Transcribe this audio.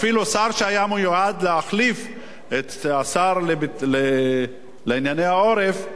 אפילו שר שהיה מיועד להחליף את השר לענייני העורף,